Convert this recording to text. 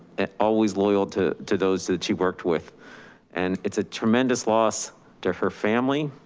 and always loyal to to those that she worked with and it's a tremendous loss to her family,